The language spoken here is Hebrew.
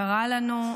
קרה לנו,